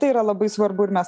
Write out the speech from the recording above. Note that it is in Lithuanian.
tai yra labai svarbu ir mes